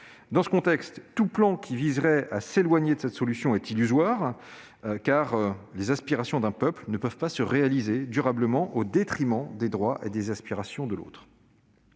et israélien. Tout plan qui viserait à s'éloigner de cette solution est illusoire, car les aspirations d'un peuple ne peuvent se réaliser durablement au détriment des droits et des aspirations de l'autre.